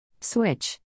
Switch